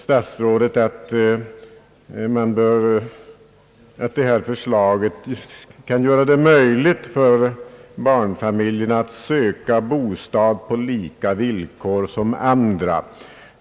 Statsrådet säger att förslaget kan göra det möjligt för barnfamiljerna att söka bostad på lika villkor som andra.